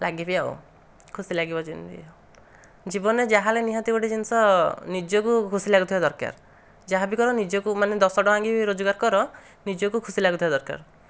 ଲାଗିବି ଆଉ ଖୁସି ଲାଗିବ ଯେମିତି ଜୀବନରେ ଯାହାହେଲେ ନିହାତି ଗୋଟିଏ ଜିନିଷ ନିଜକୁ ଖୁସି ଲାଗୁଥିବା ଦରକାର ଯାହା ବି କର ନିଜକୁ ମାନେ ଦଶ ଟଙ୍କା କି ରୋଜଗାର କର ନିଜକୁ ଖୁସି ଲାଗୁଥିବା ଦରକାର